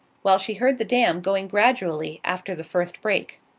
while she heard the dam going gradually after the first break.